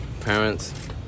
parents